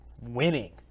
Winning